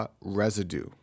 residue